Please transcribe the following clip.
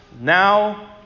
now